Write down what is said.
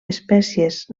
espècies